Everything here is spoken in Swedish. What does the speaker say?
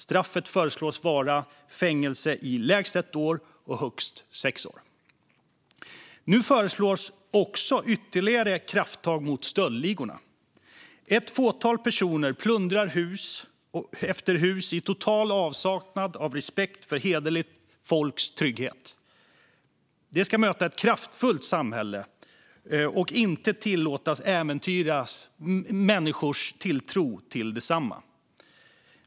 Straffet föreslås vara fängelse i lägst ett år och högst sex år. Nu föreslås också ytterligare krafttag mot stöldligorna. Ett fåtal personer plundrar hus efter hus i total avsaknad av respekt för hederligt folks trygghet. De ska möta ett kraftfullt samhälle och inte tillåtas äventyra människors tilltro till detsamma.